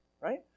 right